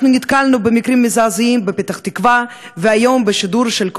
נתקלנו במקרים מזעזעים בפתח-תקווה, והיום בבוקר,